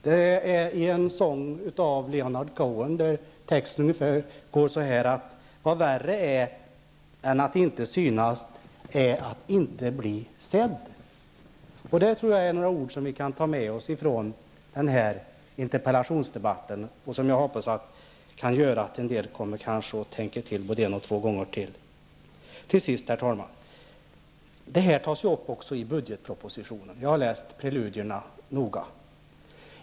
Det är en sång av Leonard Cohen, där texten lyder ungefär så här: Vad värre är än att inte synas är att inte bli sedd. Det tror jag är några ord som vi kan ta med oss ifrån den här interpellationsdebatten och som jag hoppas kan göra att en del tänker till både en och två gånger. Denna fråga tas också upp i budgetpropositionen. Jag har läst preludierna noga.